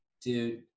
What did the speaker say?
Dude